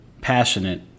passionate